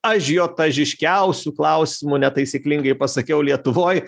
ažiotažiškiausių klausimų netaisyklingai pasakiau lietuvoj